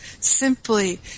simply